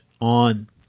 on